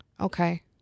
Okay